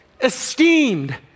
esteemed